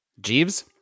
Jeeves